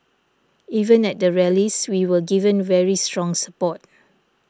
even at the rallies we were given very strong support